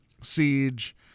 Siege